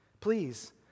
Please